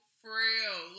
frail